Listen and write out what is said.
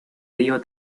río